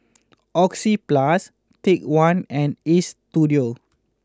Oxyplus Take One and Istudio